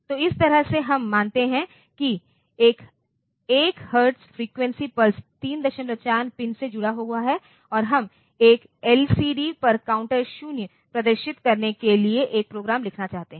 तो इस तरह से हम मानते हैं कि एक 1 हर्ट्ज फ्रीक्वेंसी पल्स 34 पिन से जुड़ा हुआ है और हम एक एलसीडी पर काउंटर 0 प्रदर्शित करने के लिए एक प्रोग्राम लिखना चाहते हैं